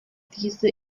diese